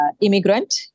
immigrant